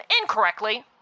incorrectly